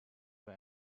win